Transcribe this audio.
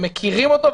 הם מכירים אותו,